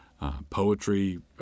Poetry